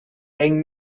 eng